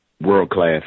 world-class